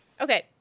Okay